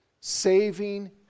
saving